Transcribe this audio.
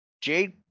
Jade